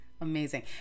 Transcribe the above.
Amazing